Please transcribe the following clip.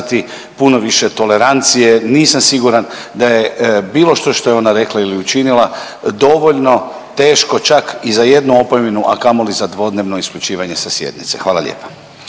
puno više tolerancije. Nisam siguran da je bilo što što je ona rekla ili učinila dovoljno teško čak i za jednu opomenu, a kamoli za dvodnevno isključivanje sa sjednice, hvala lijepa.